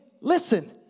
listen